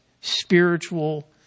spiritual